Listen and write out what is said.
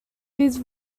these